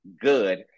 good